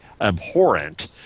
abhorrent